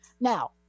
Now